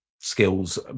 skills